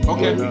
Okay